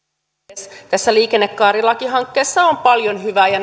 puhemies tässä liikennekaarilakihankkeessa on paljon hyvää ja